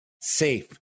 safe